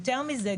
יותר מזה,